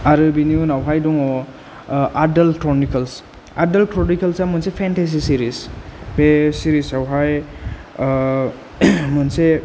आरो बिनि उनावहाय दङ आर्थल क्रनिकल्स आर्थल क्रनिकल्सआ मोनसे फेन्टासि सिरिस बे सिरिसावहाय मोनसे